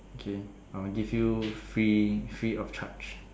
okay I will give you free free of charge